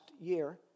year